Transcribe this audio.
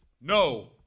no